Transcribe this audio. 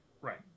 Right